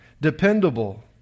Dependable